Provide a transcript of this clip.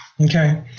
Okay